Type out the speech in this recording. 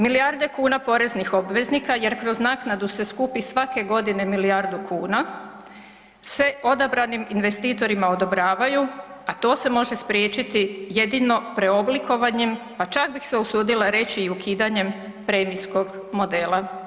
Milijarde kuna poreznih obveznika jer kroz naknadu se skupi svake godine milijardu kuna se odabranim investitorima odobravaju a to se može spriječiti jedino preoblikovanjem, pa čak bi se usudila reći i ukidanjem premijskog modela.